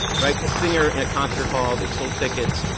right? a singer in a concert hall. they sold tickets.